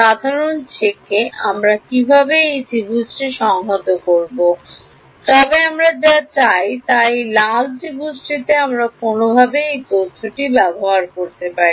সাধারণ চেক আমরা কীভাবে এই ত্রিভুজকে সংহত করতে জানি তবে আমরা যা চাই তা এই লাল ত্রিভুজটিতে আমরা কোনওভাবে এই তথ্যটি ব্যবহার করতে পারি